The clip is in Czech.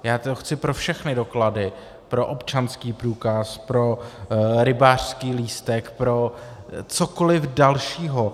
Já to chci pro všechny doklady pro občanský průkaz, pro rybářský lístek, pro cokoliv dalšího.